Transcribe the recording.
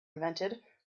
invented